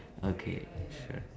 okay sure